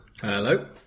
Hello